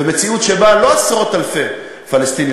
ומציאות שבה לא עשרות-אלפי פלסטינים,